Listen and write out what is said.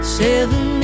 seven